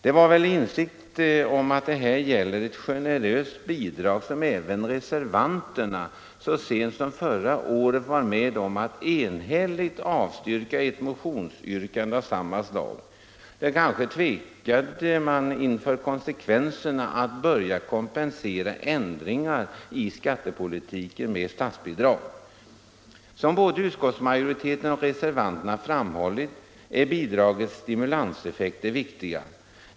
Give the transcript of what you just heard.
Det var väl i insikt om att det här gäller ett generöst bidrag som även reservanterna så sent som förra året var med om att enhälligt avstyrka ett motionsyrkande av samma slag. Kanske tvekade man inför konsekvenserna av att börja kompensera ändringar i skattepolitiken med statsbidrag. Som både utskottsmajoriteten och reservanterna framhållit är bidragets stimulanseffekt det viktiga.